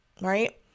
right